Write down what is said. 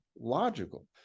logical